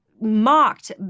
mocked